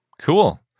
Cool